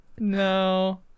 no